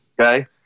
Okay